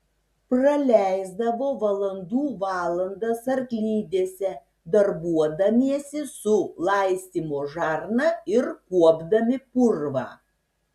praleisdavo valandų valandas arklidėse darbuodamiesi su laistymo žarna ir kuopdami purvą